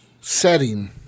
setting